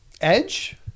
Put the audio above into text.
edge